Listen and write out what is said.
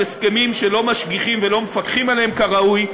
של הסכמים שלא משגיחים ולא מפקחים עליהם כראוי,